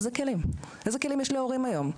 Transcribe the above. איזה כלים יש להורים היום?